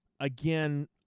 Again